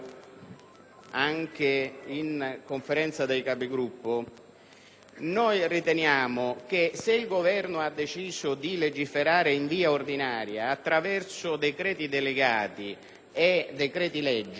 anche in Conferenza dei Capigruppo, riteniamo che, se il Governo ha deciso di legiferare in via ordinaria attraverso decreti delegati e decreti-legge,